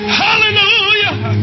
hallelujah